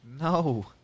No